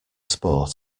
sport